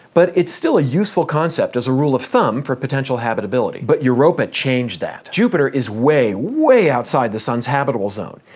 but it's still a useful concept as rule of thumb for potential habitability. but europa changed that. jupiter is way, way outside the sun's habitable zone,